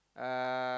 uh